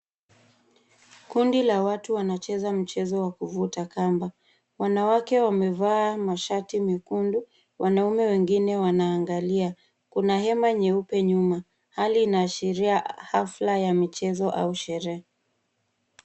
Kundi la watu wanacheza mchezo wa kuvuta kamba. Wanawake wamevaa mashati mekundu, wanaume wengine wanaangalia. Kuna hema nyeupe nyuma. Hali inaashiria hafla ya michezo au sherehe.